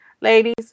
ladies